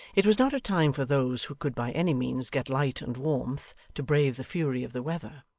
it was not a time for those who could by any means get light and warmth, to brave the fury of the weather.